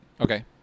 Okay